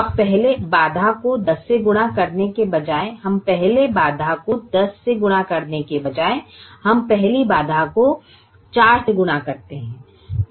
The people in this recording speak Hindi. अब पहले बाधा को 10 से गुणा करने के बजाय हम पहले बाधा को 10 से गुणा करने के बजाय हम पहले बाधा को 4 से गुणा करते हैं